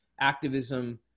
activism